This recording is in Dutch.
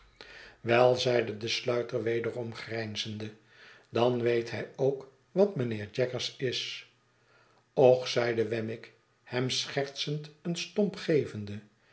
wei zeide de sluiter wederom grijnzende dan weet hij ook wat mijnheer jaggers is och zeide wemmick hem schertsend een stomp gevende